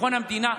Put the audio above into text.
ביטחון המדינה,